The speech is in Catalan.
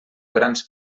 grans